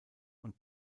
und